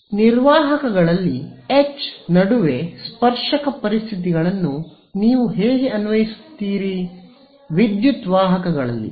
ನಿರ್ವಾಹಕಗಳಲ್ಲಿ H ನಡುವೆ ಸ್ಪರ್ಶಕ ಪರಿಸ್ಥಿತಿಗಳನ್ನು ನೀವು ಹೇಗೆ ಅನ್ವಯಿಸುತ್ತೀರಿ ವಿದ್ಯುತ್ ವಾಹಕಗಳಲ್ಲಿ